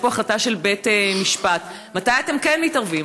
יש פה החלטה של בית משפט, מתי אתם כן מתערבים?